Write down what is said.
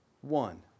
one